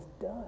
done